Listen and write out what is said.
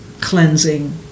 cleansing